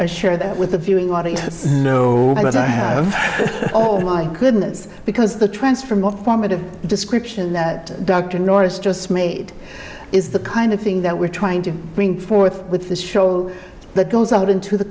i share that with the viewing audience as i have all my goodness because the transfer more formative description that dr norris just made is the kind of thing that we're trying to bring forth with this show that goes out into the